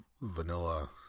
vanilla